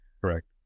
Correct